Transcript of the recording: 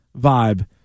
vibe